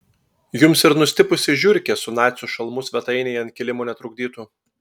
jums ir nustipusi žiurkė su nacių šalmu svetainėje ant kilimo netrukdytų